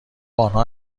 انها